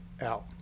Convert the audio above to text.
out